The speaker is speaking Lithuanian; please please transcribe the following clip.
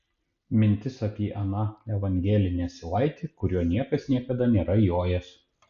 mintis apie aną evangelinį asilaitį kuriuo niekas niekada nėra jojęs